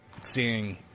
seeing